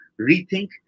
rethink